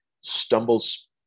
stumbles